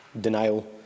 denial